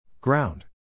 Ground